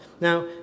Now